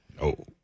No